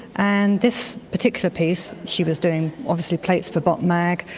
and this particular piece she was doing, obviously plates for bot mag,